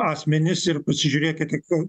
asmenis ir pasižiūrėkite ku